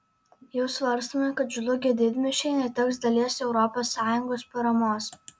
jau svarstoma kad žlugę didmiesčiai neteks dalies europos sąjungos paramos